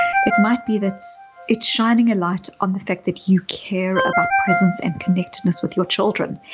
it might be that it's it's shining a light on the fact that you care about presence and connectedness with your children.